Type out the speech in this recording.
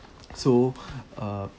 so uh